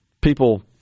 people